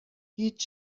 هیچ